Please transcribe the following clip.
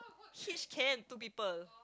hitch can two people